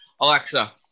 Alexa